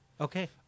Okay